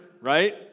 right